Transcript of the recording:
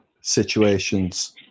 situations